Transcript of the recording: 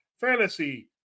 Fantasy